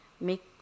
Make